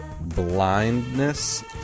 Blindness